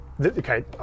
okay